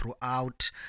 throughout